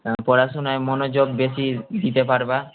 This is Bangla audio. আর পড়াশুনায় মনোযোগ বেশি দিতে পারবা